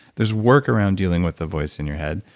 there's work around dealing with the voice in your head,